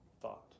thought